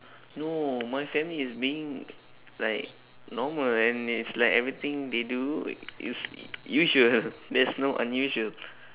no my family is being like normal and it's like everything they do is usual there's no unusual